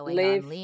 leave